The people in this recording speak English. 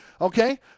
okay